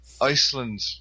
Iceland